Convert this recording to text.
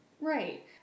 right